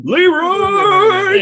Leroy